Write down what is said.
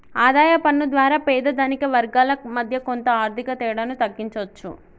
ఆదాయ పన్ను ద్వారా పేద ధనిక వర్గాల మధ్య కొంత ఆర్థిక తేడాను తగ్గించవచ్చు